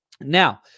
Now